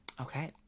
Okay